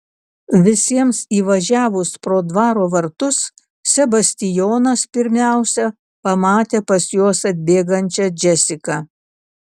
visiems įvažiavus pro dvaro vartus sebastijonas pirmiausia pamatė pas juos atbėgančią džesiką